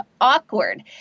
awkward